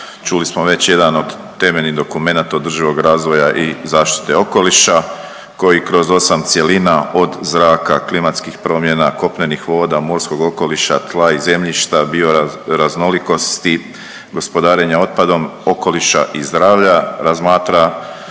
Čuli smo već jedan od temeljnih dokumenata održivog razvoja i zaštite okoliša koji kroz 8 cjelina od zraka, klimatskih promjena, kopnenih voda, morskog okoliša, tla i zemljišta, bioraznolikosti, gospodarenja otpadom, okoliša i zdravlja razmatra